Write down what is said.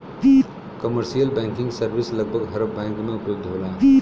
commercial banking service लगभग हर bank में उपलब्ध होला